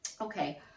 Okay